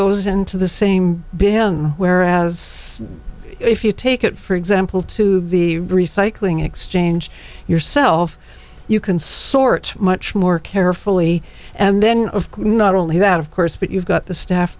goes into the same beheading whereas if you take it for example to the recycling exchange yourself you can see much more carefully and then of course not only that of course but you've got the staff